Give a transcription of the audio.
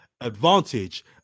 advantage